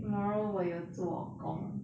tomorrow 我有做工